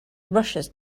rushes